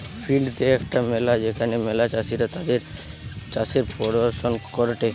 field day একটা মেলা যেখানে ম্যালা চাষীরা তাদির চাষের প্রদর্শন করেটে